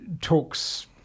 talks